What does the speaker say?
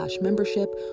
membership